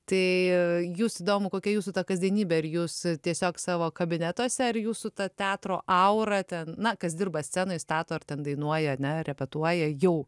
tai jūs įdomu kokia jūsų ta kasdienybė ir jūs tiesiog savo kabinetuose ar jūsų ta teatro aura ten na kas dirba scenoj stato ir ten dainuoja ane repetuoja jau